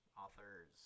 Authors